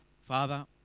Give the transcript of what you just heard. Father